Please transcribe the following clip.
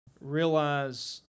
Realize